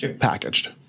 packaged